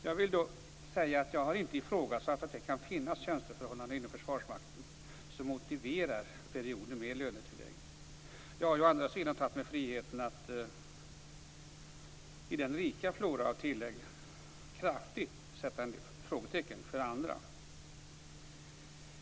Jag vill dock säga att jag inte har ifrågasatt att det kan finnas tjänsteförhållanden inom Försvarsmakten som motiverar perioder med lönetillägg. Jag har å andra sidan tagit mig friheten att i den rika floran av tillägg kraftigt sätta en del frågetecken för vissa.